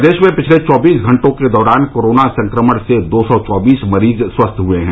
प्रदेश में पिछले चौबीस घंटों के दौरान कोरोना संक्रमण से दो सौ चौबीस मरीज स्वस्थ हुए हैं